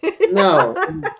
No